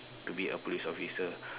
to be a police officer